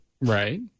Right